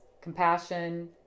compassion